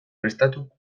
prestatuko